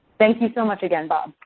thank you so much again, bob.